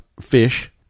fish